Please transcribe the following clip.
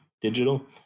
digital